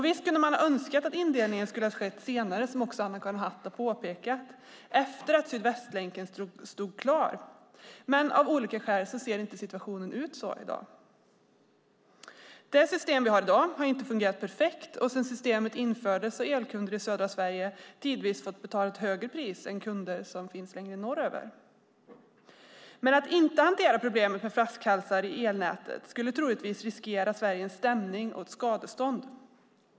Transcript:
Visst kunde man ha önskat att indelningen hade skett senare, efter att Sydvästlänken stod klar, vilket Anna-Karin Hatt också påpekat, men av olika skäl ser situationen inte ut så i dag. Det system vi har i dag har inte fungerat perfekt, och sedan systemet infördes har elkunder i södra Sverige tidvis fått betala ett högre pris än kunder som finns längre norröver. Hanterar vi inte problemet med flaskhalsar i elnätet riskerar Sverige att få en stämning och ett skadeståndskrav.